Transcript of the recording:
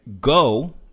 Go